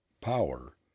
Power